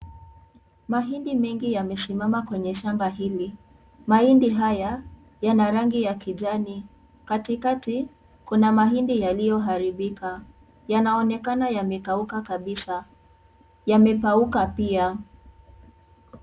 Mahindi mengi yamesimama kwenye shamba hili, mahindi haya yana rangi ya kijani , katikati kuna mahindi yaliyo haribika yanaonekana yamekauka kabisa, yamepauka pia.